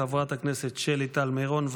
חברת הכנסת שלי טל מירון,